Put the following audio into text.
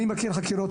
אני מכיר חקירות,